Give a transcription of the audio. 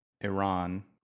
Iran